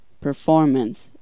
performance